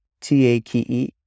t-a-k-e